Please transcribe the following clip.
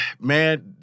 man